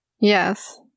Yes